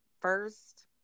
first